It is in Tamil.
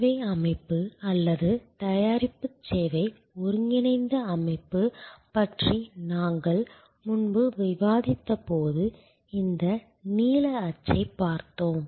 சேவை அமைப்பு அல்லது தயாரிப்பு சேவை ஒருங்கிணைந்த அமைப்பு பற்றி நாங்கள் முன்பு விவாதித்தபோது இந்த நீல அச்சைப் பார்த்தோம்